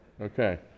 Okay